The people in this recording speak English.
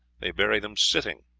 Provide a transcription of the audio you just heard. they bury them sitting,